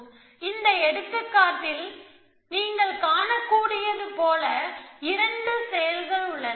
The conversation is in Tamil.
எனவே இந்த எடுத்துக்காட்டில் நீங்கள் காணக்கூடியது போல 2 செயல்கள் உள்ளன